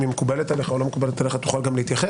אם היא מקובלת עליך או לא מקובלת עליך תוכל גם להתייחס.